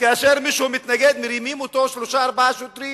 וכאשר מישהו מתנגד, שלושה-ארבעה שוטרים